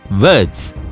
words